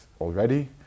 already